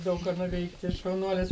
daug ką nuveikti šaunuolės